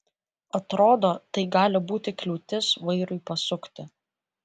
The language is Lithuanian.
atrodo tai gali būti kliūtis vairui pasukti